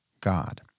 God